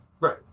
right